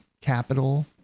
capital